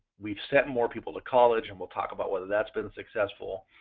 we've sent more people to college and we'll talk about whether that's been successful.